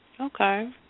Okay